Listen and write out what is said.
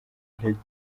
intege